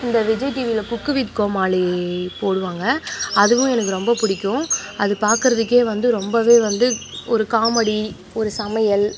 இந்த விஜய் டிவியில் cook with Komali போடுவாங்க அதுவும் எனக்கு ரொம்ப பிடிக்கும் அது பார்க்கறதுக்கே வந்து ரொம்பவே வந்து ஒரு காமெடி ஒரு சமையல்